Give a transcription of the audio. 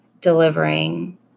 delivering